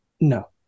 No